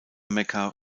mekka